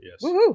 Yes